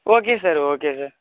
okay sir okay sir